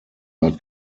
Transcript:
art